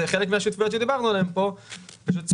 האנשים שחברים שם הם לא באמת